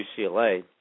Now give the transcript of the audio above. UCLA